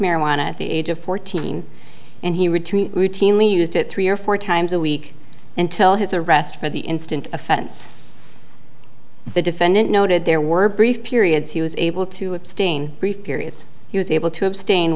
marijuana at the age of fourteen and he would only used it three or four times a week until his arrest for the instant offense the defendant noted there were brief periods he was able to abstain brief periods he was able to abstain